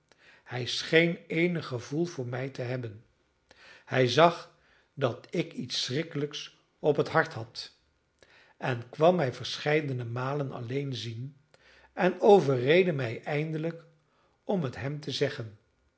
hij scheen eenig gevoel voor mij te hebben hij zag dat ik iets schrikkelijks op het hart had en kwam mij verscheidene malen alleen zien en overreedde mij eindelijk om het hem te zeggen